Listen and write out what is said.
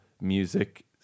music